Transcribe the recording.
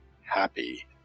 happy